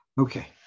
Okay